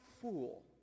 fool